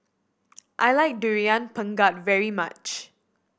I like Durian Pengat very much